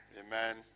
Amen